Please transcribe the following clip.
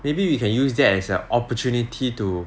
maybe we can use that as an opportunity to